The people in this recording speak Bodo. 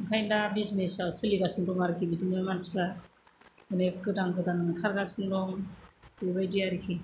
बेखायनो दा बिजिनेसा सोलिगासिनो दं आरोखि बिदिनो मानसिफ्रा माने गोदान गोदान ओंखारगासिनो दं बेबादि आरोखि